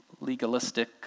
legalistic